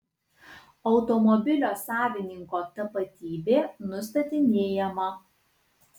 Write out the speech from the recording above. automobilio savininko tapatybė nustatinėjama